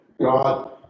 God